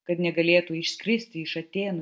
kad negalėtų išskristi iš atėnų